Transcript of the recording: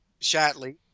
Shatley